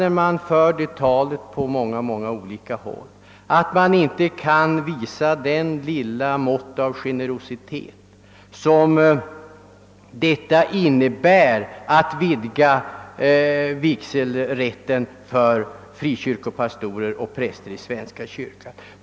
Därför är det för mig oförklarligt att man inte kan vara generös nog att genomföra en vidgning av vigselrätten för frikyrkopastorer och präster i svenska kyrkan.